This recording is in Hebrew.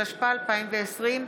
התשפ"א 2020,